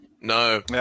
No